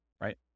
right